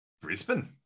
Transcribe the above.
Brisbane